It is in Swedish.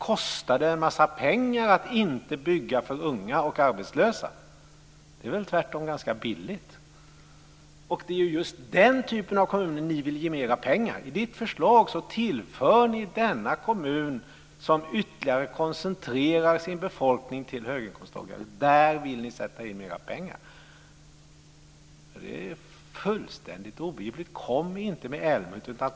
Kostar det en massa pengar att inte bygga för unga och arbetslösa? Det är väl tvärtom ganska billigt? Det är just den typ av kommun ni vill ge mer pengar. I ert förslag vill ni sätta in mer i denna kommun, som ytterligare koncentrerar sin befolkning till höginkomsttagare. Det är fullständigt obegripligt. Tala inte om Älmhult.